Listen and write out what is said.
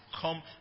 come